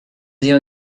sie